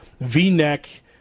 V-neck